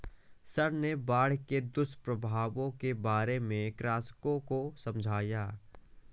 sir ने बाढ़ के दुष्प्रभावों के बारे में कृषकों को समझाया